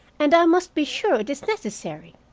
and i must be sure it is necessary.